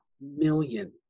million